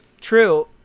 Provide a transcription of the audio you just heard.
true